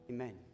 Amen